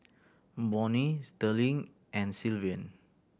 Bonnie Sterling and Sylvan